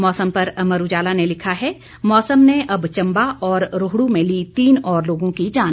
मौसम पर अमर उजाला ने लिखा है मौसम ने अब चंबा और रोहडू में ली तीन और लोगों की जान